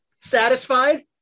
Satisfied